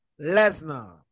Lesnar